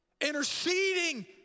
interceding